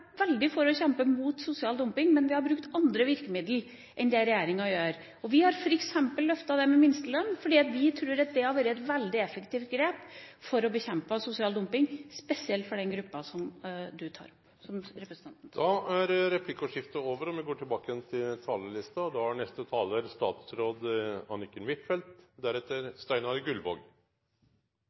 veldig for å kjempe imot sosial dumping, men vi har brukt andre virkemidler enn det regjeringa gjør. Vi har f.eks. løftet det med minstelønn, for vi tror at det ville ha vært et veldig effektivt grep for å bekjempe sosial dumping, spesielt for den gruppa som representanten tar opp. Replikkordskiftet er dermed over. Aldri har så mange vært sysselsatt i Norge som nå, og arbeidsløsheten er